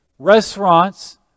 Restaurants